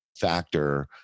factor